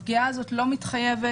הפגיעה הזאת לא מתחייבת,